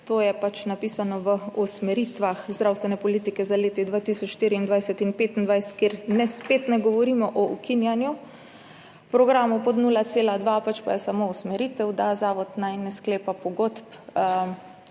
to je pač napisano v usmeritvah zdravstvene politike za leti 2024 in 2025, kjer spet ne govorimo o ukinjanju programov pod 0,2, pač pa je samo usmeritev, da naj zavod ne sklepa pogodb,